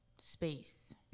space